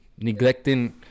neglecting